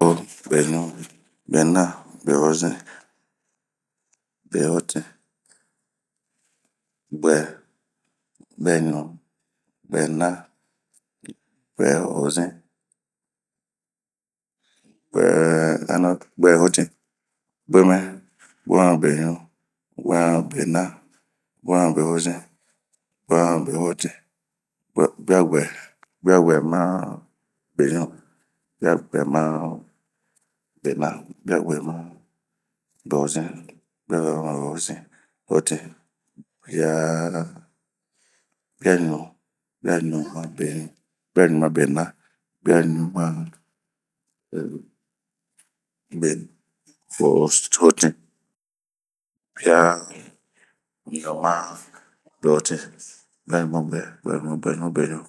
sunuwo, beɲu, behozin, behotin, guɛ, guɛɲu, guɛna, guɛhozin, guɛhotin, guemɛ, guemɛmabeɲu, guemɛmabena ,guemɛmabehozin, guemɛmabehotin, guaguɛ, guaguɛmabeɲu, guaguɛmabena, guaguɛmabehozin, guaguɛmaabehotin, guaɲu, guaɲumabeɲu, guaɲumabena, guaɲumahozin, guaɲumabehotin, guaɲumaguɛ guaɲumaguɛmabeɲu,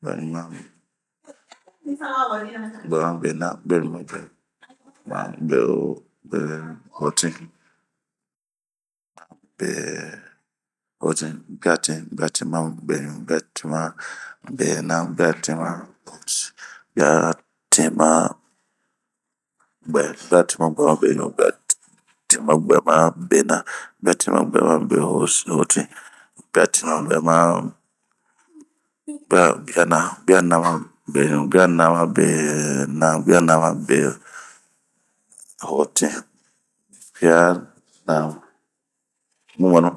guaɲumaguɛmabena, guaɲumaguɛhotin, guatin, guatinmabeɲu, guatinmabena, guatinmabehzin, guatinmabehotin, guatinmaguɛ, guatinmaguɛɲu, guatinmaguɛna, guatinmaguɛhozin, guatinmaguɛhotin, guatinmaguɛɛɛ, guana,, guanamabeɲu, guanamabena, guanamabehozin ,guanamabehotin, guanaaa, wmumuɛnu.